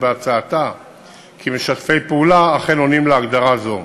בהצעתה כמשתפי פעולה אכן עונים להגדרה זו.